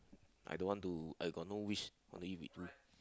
I don't want to I got no wish only with you